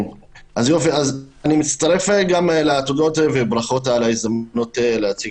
אני מצטרף גם לתודות ולברכות על ההזדמנות להציג